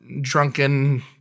drunken